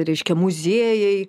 reiškia muziejai